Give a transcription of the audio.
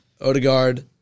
Odegaard